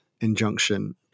injunction